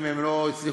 ואם אפשר,